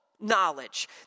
knowledge